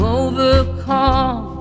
overcome